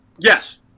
Yes